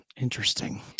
Interesting